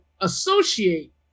associate